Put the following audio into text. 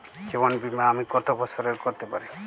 জীবন বীমা আমি কতো বছরের করতে পারি?